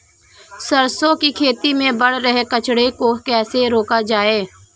सरसों की खेती में बढ़ रहे कचरे को कैसे रोका जाए?